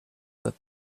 that